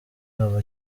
aba